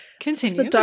Continue